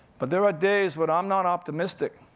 but there are days when i'm not optimistic.